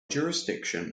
jurisdiction